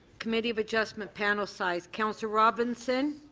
committee of adjustment panel size. councillor robinson.